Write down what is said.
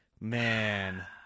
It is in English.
man